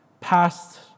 past